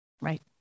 Right